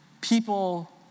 People